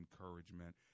encouragement